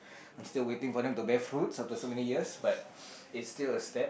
I'm still waiting for them to bear fruits after so many years but it's still a step